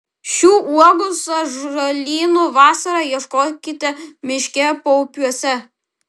šių uogų sąžalynų vasarą ieškokite miške paupiuose